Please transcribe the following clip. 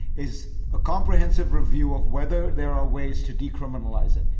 is a comprehensive review of whether there are ways to decriminalize it.